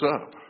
up